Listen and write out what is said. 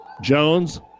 Jones